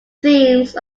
themes